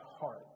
heart